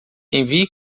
envie